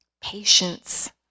Patience